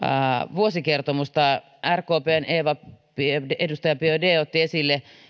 vuosikertomusta rkpn edustaja eva biaudet otti esille